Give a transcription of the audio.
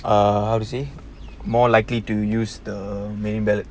err how to say more likely to use the million ballots